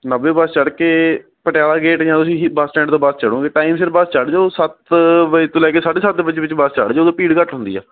ਨਾਭੇ ਬੱਸ ਚੜ ਕੇ ਪਟਿਆਲਾ ਗੇਟ ਆਉਂਦਾ ਤੁਸੀਂ ਬੱਸ ਸਟੈਂਡ ਤੋਂ ਬੱਸ ਚੜੋਗੇ ਟਾਈਮ ਸਿਰ ਬੱਸ ਚੜ ਜਾਓ ਸੱਤ ਵਜੇ ਤੋਂ ਲੈ ਕੇ ਸਾਢੇ ਸੱਤ ਵਜੇ ਦੇ ਵਿੱਚ ਵਿੱਚ ਬੱਸ ਚੜ ਜਾਓ ਤਾਂ ਭੀੜ ਘੱਟ ਹੁੰਦੀ ਆ